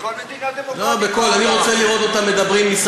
בכל מדינה דמוקרטית.